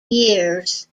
years